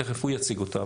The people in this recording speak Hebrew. תיכף הוא יציג אותה,